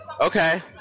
Okay